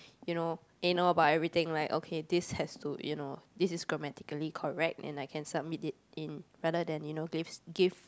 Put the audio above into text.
you know anal about everything like okay this has to you know this is grammatically correct and I can submit it in rather than you know give give